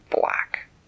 black